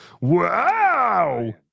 Wow